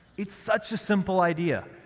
it's such a simple idea,